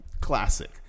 classic